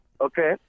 Okay